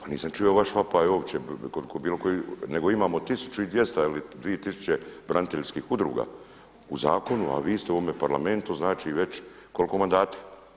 A nisam čuo vaš vapaj uopće kod bilo koji, nego imamo 1200 ili 2000 braniteljskih udruga u zakonu, a vi ste u ovom Parlamentu znači već koliko mandata.